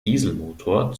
dieselmotor